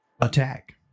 attack